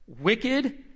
wicked